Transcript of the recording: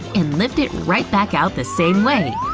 and lift it right back out the same way.